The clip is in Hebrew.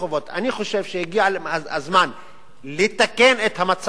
אני חושב שהגיע הזמן לתקן את המצב הזה.